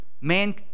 man